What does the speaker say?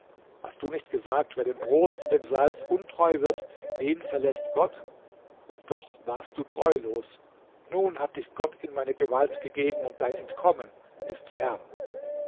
hast du nicht gesagt wer dem brot und dem salz untreu wird den verläßt gott und doch warst du treulos nun hat dich gott in meine gewalt gegeben und dein entkommen ist fern